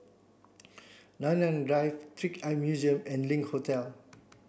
Nanyang Drive Trick Eye Museum and Link Hotel